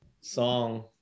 song